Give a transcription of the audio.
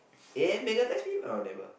ya make up last week text me